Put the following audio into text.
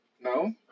No